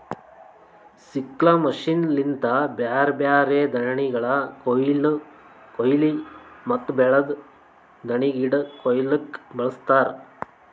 sickle machine ಲಿಂತ ಬ್ಯಾರೆ ಬ್ಯಾರೆ ದಾಣಿಗಳ ಕೋಯ್ಲಿ ಮತ್ತ ಬೆಳ್ದಿದ್ ದಾಣಿಗಿಡ ಕೊಯ್ಲುಕ್ ಬಳಸ್ತಾರ್